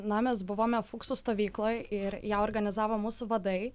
na mes buvome fuksų stovykloj ir ją organizavo mūsų vadai